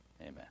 Amen